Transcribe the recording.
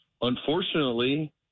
unfortunately